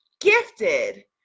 gifted